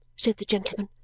said the gentleman.